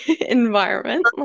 environment